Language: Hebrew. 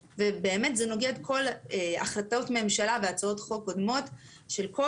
באמת זה נוגד כל החלטות ממשלה והצעות חוק קודמות של כל